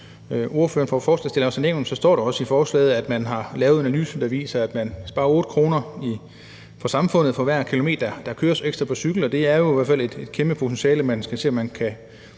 også i forslaget, at man har lavet en analyse, der viser, at samfundet sparer 8 kr. for hver kilometer der køres ekstra på cykel. Det er jo i hvert fald et kæmpe potentiale, man skal se på om man kan